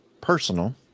personal